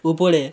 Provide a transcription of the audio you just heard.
উপরে